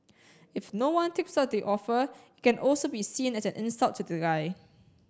if no one takes up the offer it can also be seen as an insult to the guy